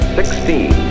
sixteen